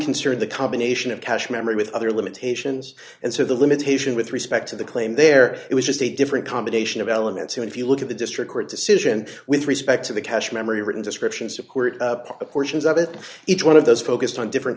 concern the combination of cache memory with other limitations and so the limitation with respect to the claim there was just a different combination of elements and if you look at the district court decision with respect to the cache memory written descriptions of court portions of it each one of those focused on different